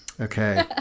Okay